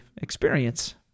experience